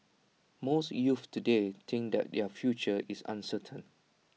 most youths today think that their future is uncertain